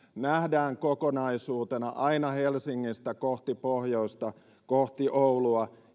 nähdään kokonaisuutena aina helsingistä kohti pohjoista kohti oulua